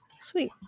Sweet